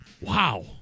Wow